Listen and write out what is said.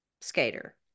skater